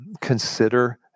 consider